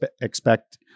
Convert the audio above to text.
expect